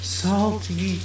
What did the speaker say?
salty